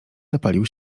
zapalił